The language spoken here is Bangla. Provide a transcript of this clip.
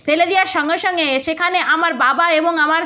ফেলে দেওয়ার সঙ্গে সঙ্গে সেখানে আমার বাবা এবং আমার